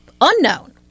unknown